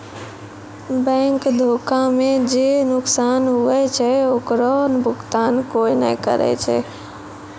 bank धोखा मे जे नुकसान हुवै छै ओकरो भुकतान कोय नै करै छै